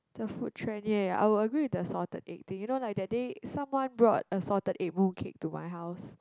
the food trend ya ya ya I will agree with the salted egg thing you know like that day someone brought a salted egg mooncake to my house